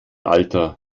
alter